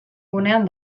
gunean